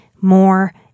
more